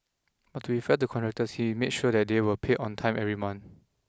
but to be fair to contractors he made sure that they were paid on time every month